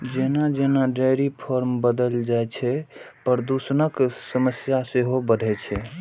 जेना जेना dairy farm बढ़ल जाइ छै, प्रदूषणक समस्या सेहो बढ़ै छै